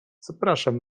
zapraszam